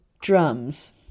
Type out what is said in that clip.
drums